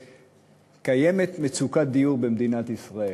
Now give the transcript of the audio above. שקיימת מצוקת דיור במדינת ישראל.